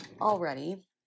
already